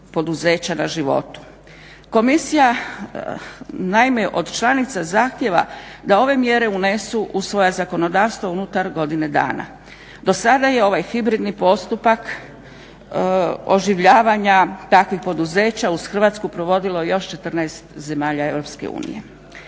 Komisija naime od članica zahtijeva da ove mjere unesu u svoja zakonodavstva unutar godine dana. Do sada je ovaj hibridni postupak oživljavanja takvih poduzeća uz Hrvatsku provodilo još 14 zemalja EU.